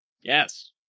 Yes